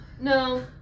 No